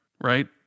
right